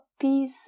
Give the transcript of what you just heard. piece